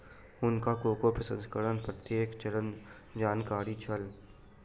हुनका कोको प्रसंस्करणक प्रत्येक चरणक जानकारी छल